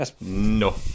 No